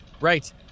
Right